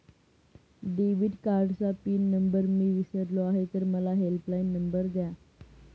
debit कार्डचा pin number मी विसरलो आहे मला हेल्पलाइन नंबर द्या